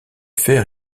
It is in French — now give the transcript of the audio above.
fer